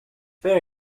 fair